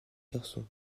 garçons